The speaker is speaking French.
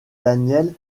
daniel